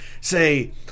say